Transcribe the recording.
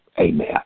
amen